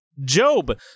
Job